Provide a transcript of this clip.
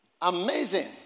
Amazing